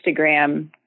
Instagram